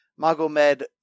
Magomed